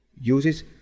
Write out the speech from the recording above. uses